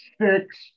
six